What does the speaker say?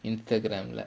Instagram like